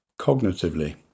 cognitively